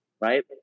right